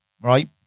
right